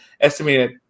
estimated